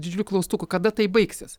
didžiuliu klaustuku kada tai baigsis